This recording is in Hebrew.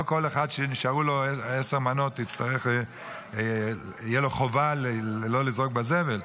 לא כל אחד שנשארו לו עשר מנות תהיה לו חובה לא לזרוק לזבל,